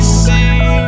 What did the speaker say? see